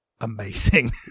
amazing